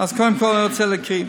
אז קודם כול אני רוצה להקריא.